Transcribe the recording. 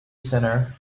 centre